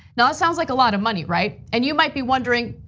now, that sounds like a lot of money, right? and you might be wondering,